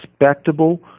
respectable